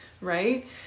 right